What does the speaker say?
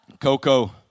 Coco